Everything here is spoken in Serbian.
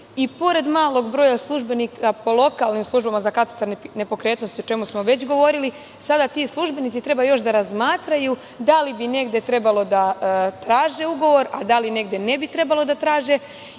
I pored malog broja službenika po lokalnim službama za katastar nepokretnosti, o čemu smo već govorili, sada ti službenici treba još da razmatraju da li bi negde trebalo da traže ugovor, a da li negde ne bi trebalo da traže